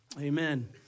amen